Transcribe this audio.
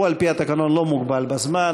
על-פי התקנון הוא לא מוגבל בזמן,